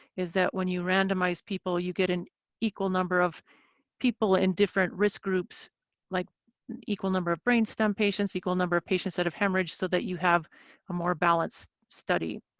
is that when you randomize people you get an equal number of people in different risk groups like an equal number of brain stem patients, equal number of patients that have hemorrhage, so that you have a more balanced study.